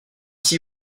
six